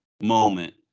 moment